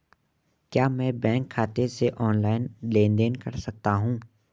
क्या मैं बैंक खाते से ऑनलाइन लेनदेन कर सकता हूं?